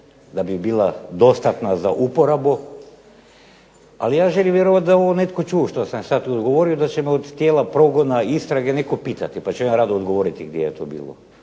da bi bila dostatna za uporabu. Ali, ja želim vjerovati da je ovo netko čuo što sam sad govorio, da ćemo od tijela progona i istrage netko pitati pa ću im ja rado odgovoriti gdje je to bilo.